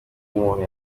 umuntu